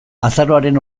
azaroaren